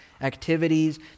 activities